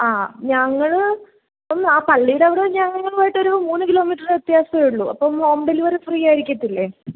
ആ ഞങ്ങൾ ഇപ്പം ആ പള്ളീടവിടെ ഞങ്ങളുമായിട്ടൊരു മൂന്ന് കിലോമീറ്ററ് വ്യത്യാസമേ ഉള്ളൂ അപ്പം ഹോം ഡെലിവറി ഫ്രീ ആയിരിക്കത്തില്ലേ